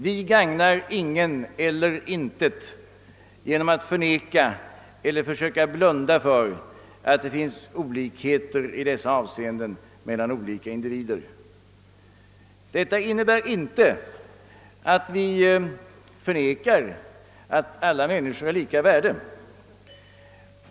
Vi gagnar ingen eller intet genom att förneka eller försöka blunda för att det finns olikheter i dessa avseenden mellan olika individer. Detta innebär inte att vi förnekar att alla människor har lika värde.